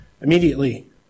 Immediately